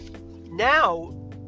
now